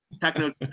techno